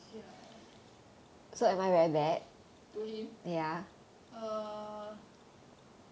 to him err